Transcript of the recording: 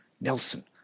Nelson